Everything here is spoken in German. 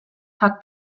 hat